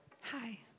hi